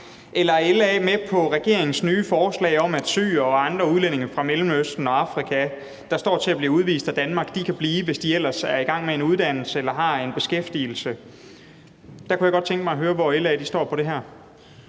er LA med på regeringens nye forslag om, at syrere og andre udlændinge fra Mellemøsten og Afrika, der står til at blive udvist af Danmark, kan blive, hvis de ellers er i gang med en uddannelse eller har beskæftigelse? Der kunne jeg godt tænke mig at høre, hvor LA står på det her.